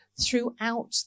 throughout